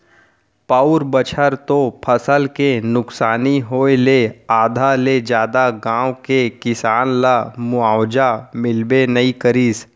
पउर बछर तो फसल के नुकसानी होय ले आधा ले जादा गाँव के किसान ल मुवावजा मिलबे नइ करिस